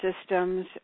systems